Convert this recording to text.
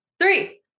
three